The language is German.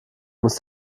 musst